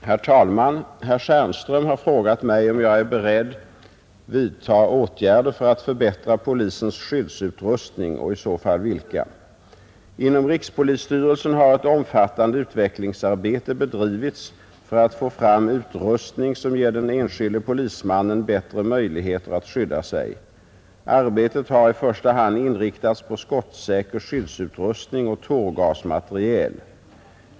Herr talman! Herr Stjernström har frågat mig om jag är beredd vidta åtgärder för att förbättra polisens skyddsutrustning och i så fall vilka. Inom rikspolisstyrelsen har ett omfattande utvecklingsarbete bedrivits för att få fram utrustning som ger den enskilde polismannen bättre möjligheter att skydda sig. Arbetet har i första hand inriktats på skottsäker skyddsutrustning och tårgasmateriel.